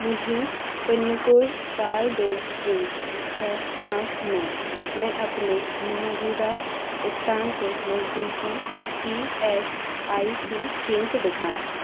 मुझे pin code चार दो एक छः पाँच नौ में अपने मौजूदा स्थान से नज़दीकी ई एस आई सी केंद्र दिखाएँ